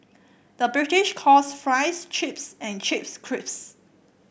the British calls fries chips and chips crisps